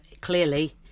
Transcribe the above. clearly